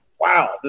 Wow